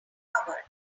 covered